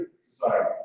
Society